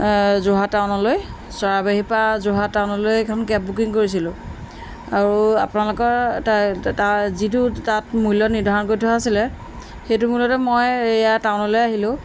যোৰহাট টাউনলৈ চৰাবহীৰ পৰা যোৰহাট টাউনলৈ এখন কেব বুকিং কৰিছিলোঁ আৰু আপোনালোকৰ যিটো তাত মূল্য নিৰ্ধাৰণ কৰি থোৱা আছিলে সেইটো মূল্যতে মই এয়া টাউনলৈ আহিলোঁ